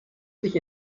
sich